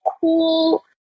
cool